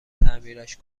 تعمیرش